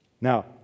Now